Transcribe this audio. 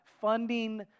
funding